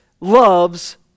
loves